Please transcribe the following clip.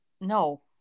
No